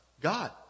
God